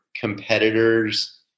competitors